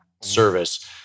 service